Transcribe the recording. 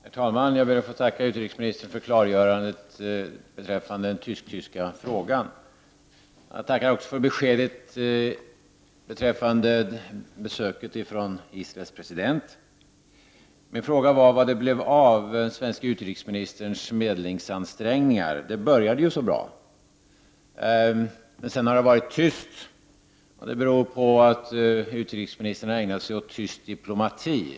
Herr talman! Jag ber att få tacka utrikesministern för klargörandet beträffande den tysk-tyska frågan. Jag tackar också för beskedet beträffande besöket från Israels president. Min fråga var vad det blev av den svenske utrikesministerns medlingsansträngningar. Det började ju så bra, men sedan har det varit tyst, och det beror på att utrikesministern har ägnat sig åt tyst diplomati.